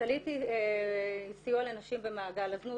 סלעית היא סיוע לנשים במעגל הזנות,